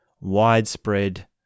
widespread